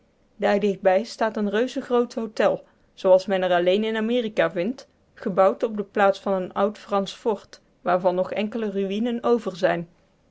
daar dichtbij staat een reuzengroot hôtel zooals men er alleen in amerika vindt gebouwd op de plaats van een oud fransch fort waarvan nog enkele ruïnen over zijn